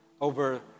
over